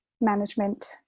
management